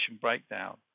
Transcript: breakdown